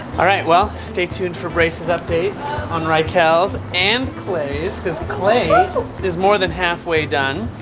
alright well, stay tuned for braces updates on rykel's and klai's cause klai is more than halfway done,